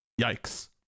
yikes